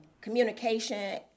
communication